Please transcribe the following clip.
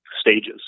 stages